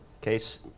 case